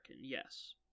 yes